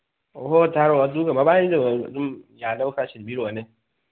ꯍꯣ ꯊꯥꯔꯛꯑꯣ ꯑꯗꯨꯒ ꯃꯕꯥꯟꯅꯤꯗꯣ ꯑꯗꯨꯝ ꯌꯥꯅꯕ ꯈꯔ ꯁꯤꯟꯕꯤꯔꯛꯑꯣꯅꯦ